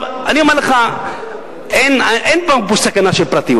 אני אומר לך, אין פה סכנה של פרטיות.